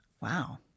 Wow